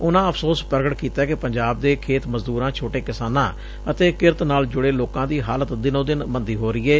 ਉਨਾਂ ਅਫਸੋਸ ਪ੍ਰਗਟ ਕੀਤੈ ਕਿ ਪੰਜਾਬ ਦੇ ਖੇਤ ਮਜ਼ਦੂਰਾ ਛੋਟੇ ਕਿਸਾਨਾ ਅਤੇ ਕਿਰਤ ਨਾਲ ਜੁੜੇ ਲੋਕਾ ਦੀ ਹਾਲਤ ਦਿਨੋ ਦਿਨ ਮੰਦੀ ਹੋ ਰਹੀ ਏ